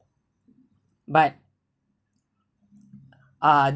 but ah